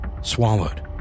swallowed